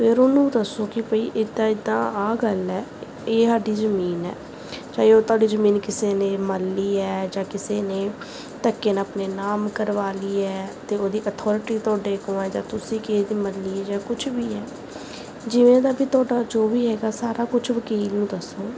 ਫਿਰ ਉਹਨੂੰ ਦੱਸੋ ਕਿ ਵਈ ਇੱਦਾਂ ਇੱਦਾਂ ਆਹ ਗੱਲ ਹੈ ਇਹ ਸਾਡੀ ਜ਼ਮੀਨ ਹੈ ਚਾਹੇ ਉਹ ਤੁਹਾਡੀ ਜ਼ਮੀਨ ਕਿਸੇ ਨੇ ਮੱਲ ਲਈ ਹੈ ਜਾਂ ਕਿਸੇ ਨੇ ਧੱਕੇ ਨਾਲ ਆਪਣੇ ਨਾਮ ਕਰਵਾ ਲਈ ਹੈ ਅਤੇ ਉਹਦੀ ਅਥਾਰਟੀ ਤੁਹਾਡੇ ਕੋਲ ਹੈ ਜਾਂ ਤੁਸੀਂ ਕਿਸੇ ਦੀ ਮੱਲੀ ਹੈ ਜਾਂ ਕੁਛ ਵੀ ਹੈ ਜਿਵੇਂ ਦਾ ਵੀ ਤੁਹਾਡਾ ਜੋ ਵੀ ਹੈਗਾ ਸਾਰਾ ਕੁਛ ਵਕੀਲ ਨੂੰ ਦੱਸੋ